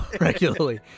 regularly